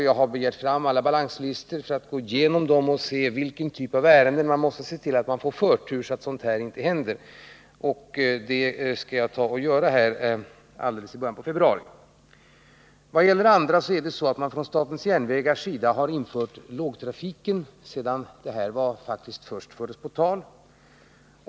Jag har begärt fram alla balanslistor för att gå igenom dem och se vilken typ av ärenden man måste ge förtur, så att sådant här inte händer. Det skall jag göra alldeles i början av februari. För det andra är det så, att statens järnvägar har infört lågtrafik sedan detta först fördes på tal.